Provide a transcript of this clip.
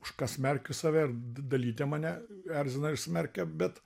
už ką smerkiu save ir d dalytė mane erzina ir smerkia bet